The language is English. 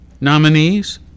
nominees